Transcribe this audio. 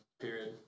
period